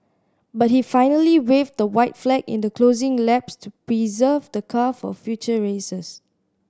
but he finally waved the white flag in the closing laps to preserve the car for future races